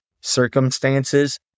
circumstances